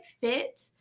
fit